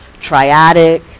triadic